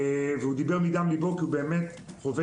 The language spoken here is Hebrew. והוא דיבר מדם ליבו כי הוא באמת חווה